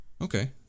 Okay